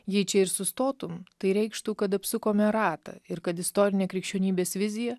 jei čia ir sustotum tai reikštų kad apsukome ratą ir kad istorinė krikščionybės vizija